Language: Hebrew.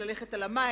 "ללכת על המים",